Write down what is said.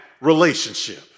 relationship